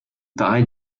paray